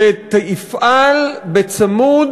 שתפעל בצמוד